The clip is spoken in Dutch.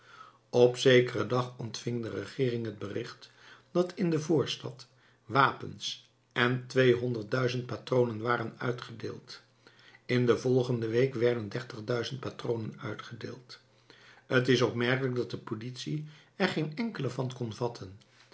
op zekeren dag ontving de regeering het bericht dat in de voorstad wapens en tweehonderd duizend patronen waren uitgedeeld in de volgende week werden dertig duizend patronen uitgedeeld t is opmerkelijk dat de politie er geen enkele van kon vatten